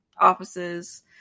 offices